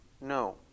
No